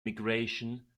migration